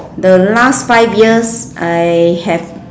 the last five years I have